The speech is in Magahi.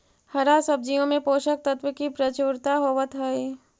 हरा सब्जियों में पोषक तत्व की प्रचुरता होवत हई